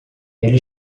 ele